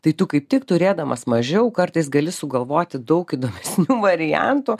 tai tu kaip tik turėdamas mažiau kartais gali sugalvoti daug įdomesnių variantų